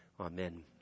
Amen